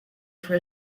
for